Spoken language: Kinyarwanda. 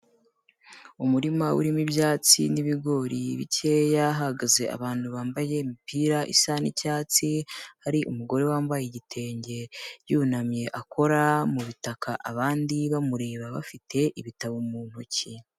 Umurima urimo ibyatsi n'ibigori bikeya, hahagaze abantu bambaye imipira isa n'icyatsi, hari umugore wambaye igitenge, yunamye akora mutaka, abandi bamureba, bafite ibitabo mu ntoki.